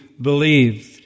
believed